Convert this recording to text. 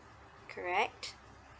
correct